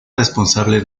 responsable